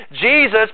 Jesus